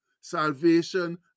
salvation